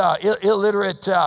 illiterate